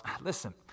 listen